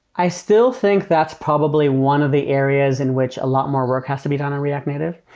i still think that's probably one of the areas in which a lot more work has to be done in react native.